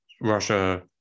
Russia